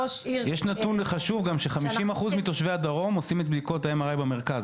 יש גם נתון חשוב ש-50 אחוז מתושבי הדרום עושים את בדיקות ה-MRI במרכז.